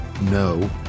no